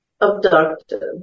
abducted